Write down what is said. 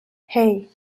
hey